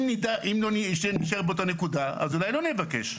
אם נישאר באותה נקודה, אז אולי לא נבקש.